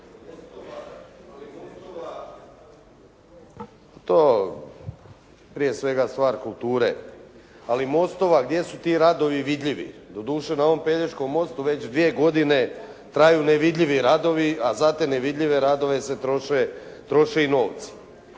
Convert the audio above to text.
to prije svega stvar kulture, ali mostova gdje su ti radovi vidljivi. Doduše na ovom Pelješkom mostu već dvije godine traju nevidljivi radovi, a za te nevidljive radove se troše i novci.